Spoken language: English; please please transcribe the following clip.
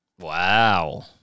Wow